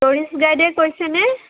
tourist গাইডে কৈছে নে